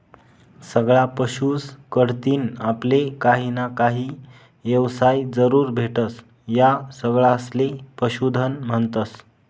सगळा पशुस कढतीन आपले काहीना काही येवसाय जरूर भेटस, या सगळासले पशुधन म्हन्तस